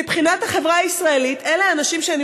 מבחינת החברה הישראלית אלה האנשים שאני